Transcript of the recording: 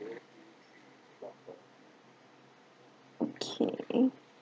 okay